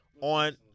on